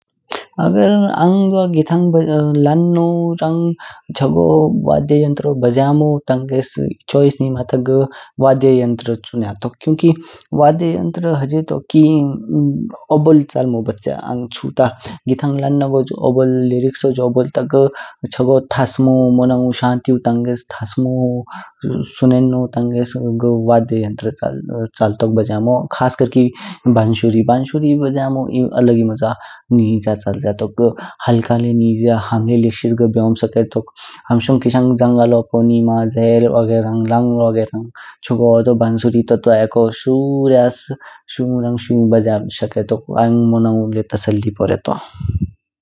अगर अंग दुई गीतांग लन्नो रंग चगो वध्य यंतरू बज्यामो टांगस चोयस नीम ता घ वध्य यंत्र चिंयातोक। क्युकी वध्य यंत्र हजे तोकी ओबोल चलमो बछ्य आंग छू-ता। गीतांग लन्नोज ओबोल, घ चगो थासमो, मोनऊ शांति टांगस, सननेओ टांगस वध्य यंत्र बिज्यामो चाल तोक, खास कर की बांसुरी। बांसुरी बिज्यामो ए अलग ही मजा निज्या चालज्या तोक घ। हलका ले निज्या, हम लि लिख्शिश बेओं स्केतोक। हम शोग केशांग जंगलो नीमा, गेह्ह रुाागरंग, लांग रुाागरंग ह्देरंग बांसुरी ट्वता एको सुुुुुुुुुु्रंग शुुुुुुुुुुुुुु ब्ज्यामू स्केतोक। आमग मोनुुुुुुुु ले तसलाली पोरेतो।